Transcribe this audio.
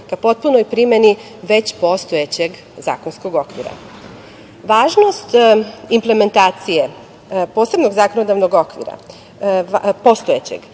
ka potpunoj primeni već postojećeg zakonskog okvira. Važnost implementacije posebnog zakonodavnog okvira, postojećeg,